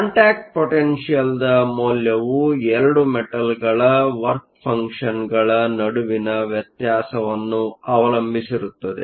contact ಪೊಟೆನ್ಷಿಯಲ್ನ ಮೌಲ್ಯವು 2 ಮೆಟಲ್Metalಗಳ ವರ್ಕ ಫಂಕ್ಷನ್ಗಳ ನಡುವಿನ ವ್ಯತ್ಯಾಸವನ್ನು ಅವಲಂಬಿಸಿರುತ್ತದೆ